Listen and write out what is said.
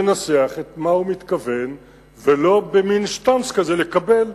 ינסח מה הוא מתכוון ולא במין "שטנץ" כזה לקבל,